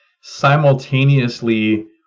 simultaneously